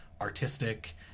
artistic